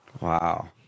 Wow